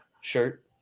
shirt